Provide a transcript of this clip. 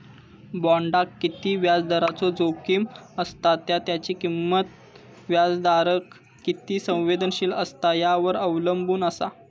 बॉण्डाक किती व्याजदराचो जोखीम असता त्या त्याची किंमत व्याजदराक किती संवेदनशील असता यावर अवलंबून असा